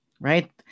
right